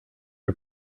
are